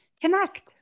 connect